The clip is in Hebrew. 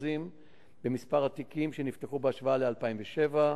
במספר התיקים שנפתחו בהשוואה ל-2007,